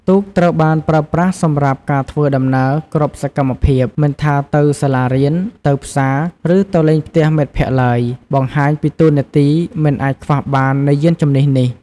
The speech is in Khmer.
ទូកត្រូវបានប្រើប្រាស់សម្រាប់ការធ្វើដំណើរគ្រប់សកម្មភាព មិនថាទៅសាលារៀន ទៅផ្សារ ឬទៅលេងផ្ទះមិត្តភក្តិឡើយ បង្ហាញពីតួនាទីមិនអាចខ្វះបាននៃយានជំនិះនេះ។